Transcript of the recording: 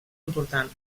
important